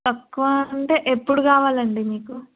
తక్కువ అంటే ఎప్పుడు కావాలండి మీకు